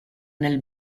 nel